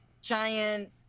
giant